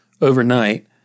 overnight